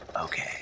okay